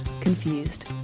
Confused